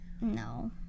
No